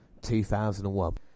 2001